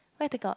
where to talk